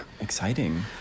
exciting